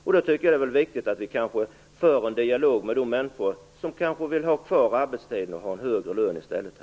Jag tycker jag att det är viktigt att vi för en dialog med de människor som kanske vill ha kvar arbetstiden och i stället får högre lön.